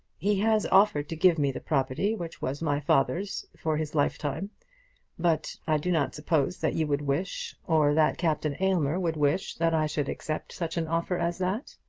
he has offered to give me the property which was my father's for his lifetime but i do not suppose that you would wish, or that captain aylmer would wish, that i should accept such an offer as that.